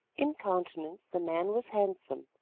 in countenance the man was handsome,